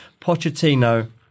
Pochettino